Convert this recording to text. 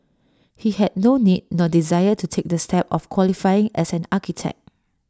he had no need nor desire to take the step of qualifying as an architect